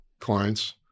clients